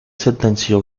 sentenció